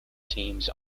teams